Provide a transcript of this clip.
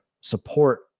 support